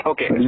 Okay